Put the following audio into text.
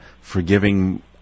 forgiving